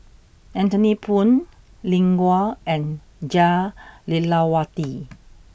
Anthony Poon Lin Gao and Jah Lelawati